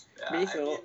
mee soup